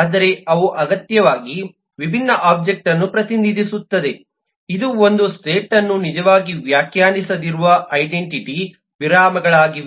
ಆದರೆ ಅವು ಅಗತ್ಯವಾಗಿ ವಿಭಿನ್ನ ಒಬ್ಜೆಕ್ಟ್ ಅನ್ನು ಪ್ರತಿನಿಧಿಸುತ್ತವೆ ಇದು ಒಂದು ಸ್ಟೇಟ್ ಅನ್ನು ನಿಜವಾಗಿ ವ್ಯಾಖ್ಯಾನಿಸದಿರುವ ಐಡೆಂಟಿಟಿಯ ವಿರಾಮಗಳಾಗಿವೆ